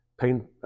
Pain